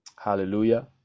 Hallelujah